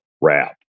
wrap